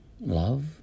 love